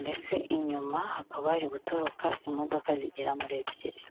ndetse inyuma hakaba hari guturuka imodoka zigera muri ebyiri.